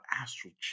Astral